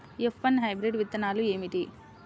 F one hybrid విత్తనాలు ఏమిటి?